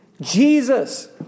Jesus